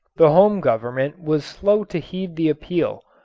the home government was slow to heed the appeal,